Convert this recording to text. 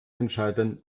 entscheiden